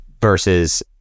versus